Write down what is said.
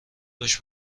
باش